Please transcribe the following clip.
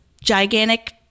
gigantic